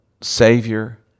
Savior